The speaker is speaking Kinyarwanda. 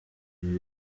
ibi